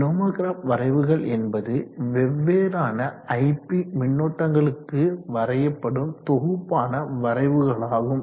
nomograph வரைவுகள் என்பது வெவ்வேறான ip மின்னோட்டங்களுக்கு வரையப்படும் தொகுப்பான வரைவுகளாகும்